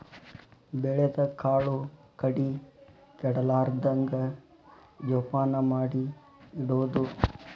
ಬೆಳದ ಕಾಳು ಕಡಿ ಕೆಡಲಾರ್ದಂಗ ಜೋಪಾನ ಮಾಡಿ ಇಡುದು